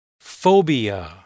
phobia